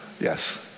yes